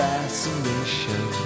Fascination